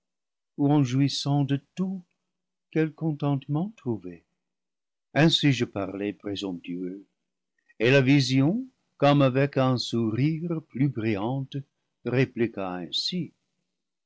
ou en jouissant de tout quel con lentement trouver le paradis perdu ainsi je parlais présomptueux et la vision comme avec un sourire plus brillante répliqua ainsi